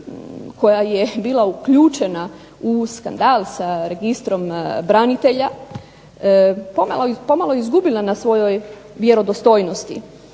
koja je bila uključena u skandal sa registrom branitelja p0omalo izgubila na svojoj vjerodostojnosti.